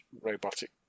robotic